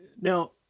now